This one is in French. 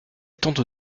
tente